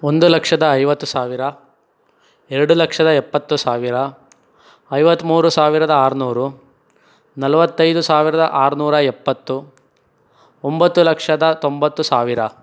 ಒಂದು ಲಕ್ಷದ ಐವತ್ತು ಸಾವಿರ ಎರಡು ಲಕ್ಷದ ಎಪ್ಪತ್ತು ಸಾವಿರ ಐವತ್ತ್ಮೂರು ಸಾವಿರದ ಆರುನೂರು ನಲವತ್ತೈದು ಸಾವಿರದ ಆರುನೂರ ಎಪ್ಪತ್ತು ಒಂಬತ್ತು ಲಕ್ಷದ ತೊಂಬತ್ತು ಸಾವಿರ